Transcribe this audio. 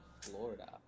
Florida